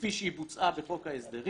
כפי שהיא בוצעה בחוק ההסדרים,